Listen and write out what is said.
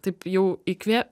taip jau įkvė